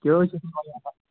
کیاہ حظ چھُ